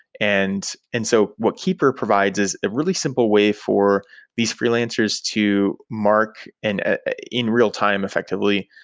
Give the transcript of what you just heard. and and so what keepr provides is a really simple way for these freelancers to mark and ah in real-time, effectively,